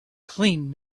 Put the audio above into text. clean